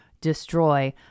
destroy